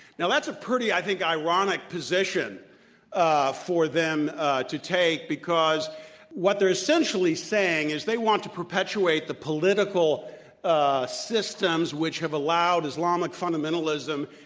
now, that's a pretty, i think, ironic position ah for them to take, because what they're essentially saying is they want to perpetuate the political ah systems which have allowed islamic fundamentalism,